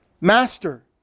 Master